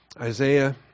Isaiah